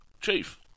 Chief